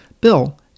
Bill